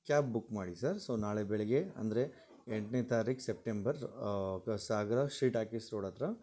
cab book ಮಾಡಿ sir so ನಾಳೆ ಬೆಳಗ್ಗೆ ಅಂದರೆ ಎಂಟನೇ ತಾರೀಕು ಸೆಪ್ಟೆಂಬರ್ ಸಾಗರ ಶ್ರೀ ಟಾಕೀಸ್ ರೋಡ್ ಹತ್ತಿರ